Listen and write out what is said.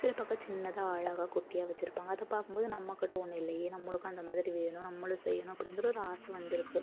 சில பக்கம் சின்னதாக அழகாக குட்டியாக வச்சிருப்பாங்க அதை பார்க்கும் போது நம்மக்கிட்ட ஒன்று இல்லையே நம்மளுக்கும் அந்த மாதிரி வேணும் நம்மளும் செய்யணும் அப்படிங்கற ஒரு ஆசை வந்துருக்குது